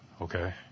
okay